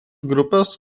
grupės